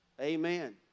Amen